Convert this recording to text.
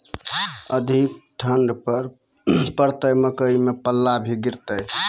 अधिक ठंड पर पड़तैत मकई मां पल्ला भी गिरते?